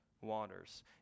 waters